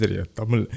Tamil